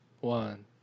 One